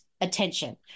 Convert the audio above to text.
attention